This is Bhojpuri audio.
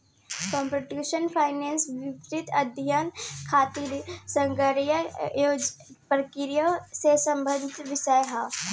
कंप्यूटेशनल फाइनेंस वित्तीय अध्ययन खातिर संगणकीय प्रयोग से संबंधित विषय ह